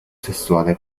sessuale